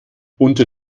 unter